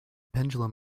pendulum